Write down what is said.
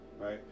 right